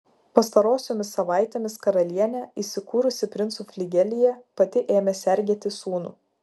pastarosiomis savaitėmis karalienė įsikūrusi princų fligelyje pati ėmė sergėti sūnų